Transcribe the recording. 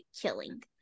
killing